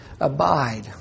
abide